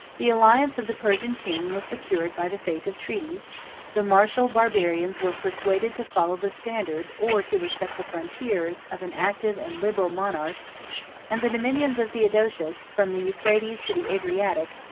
the alliance of the persian king was secured by the faith of treaties the martial barbarians were persuaded to follow the standard, or to respect the frontiers, of an active and liberal monarch and the dominions of theodosius, from the euphrates to the adriatic,